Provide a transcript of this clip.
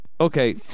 okay